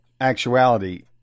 actuality